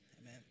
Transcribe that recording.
Amen